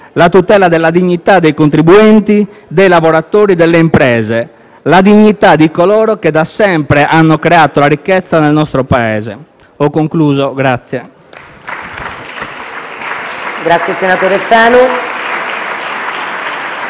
la tutela della dignità dei contribuenti, dei lavoratori, delle imprese, la dignità di coloro che da sempre hanno creato la ricchezza nel nostro Paese. *(Applausi dai Gruppi M5S